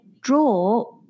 draw